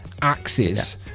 axes